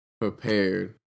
prepared